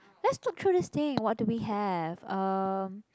let's look through this thing what do we have um